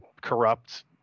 corrupt